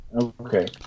okay